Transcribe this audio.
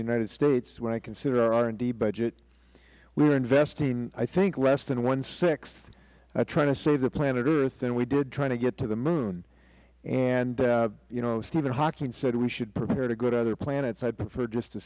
united states when i consider our r and d budget we are investing i think less than one sixth trying to save the planet earth than we did trying to get to the moon and you know stephen hawking said we should prepare to go to other planets i would prefer just to